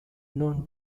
known